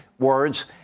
words